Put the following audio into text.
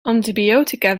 antibiotica